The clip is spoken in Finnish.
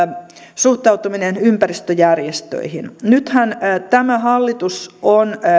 suhtautuminen ympäristöjärjestöihin nythän tämä hallitus on